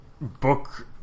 book